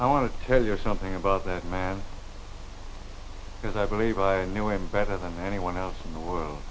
i want to tell you or something about the man because i believe i knew him better than anyone else in the world